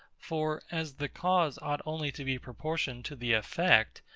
for, as the cause ought only to be proportioned to the effect,